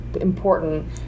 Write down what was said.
important